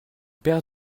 paire